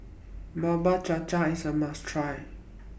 Bubur Cha Cha IS A must Try